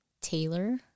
Taylor